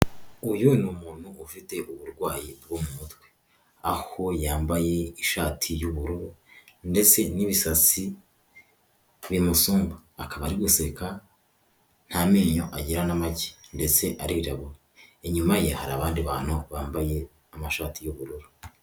Uyu ni umuntu ufite uburwayi bwo mu mutwe aho yambaye ishati y'ubururu ndetse n'ibisatsi bimusumba, akaba ari guseka nta menenyo agira na make ndetse arirabura, inyuma ye hari abandi bantu bambaye amashati y'ubururu.